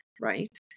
right